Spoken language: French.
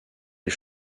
les